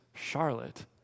Charlotte